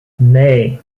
nee